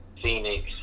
Phoenix